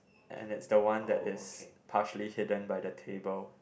and it's the one that is partially hidden by the table